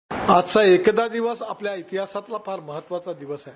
sound bite आजचा एकता दिवस आपल्या इतिहासातला फार महत्वाचा दिवस आहे